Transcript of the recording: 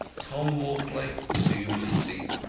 tom mortlake resumed his seat.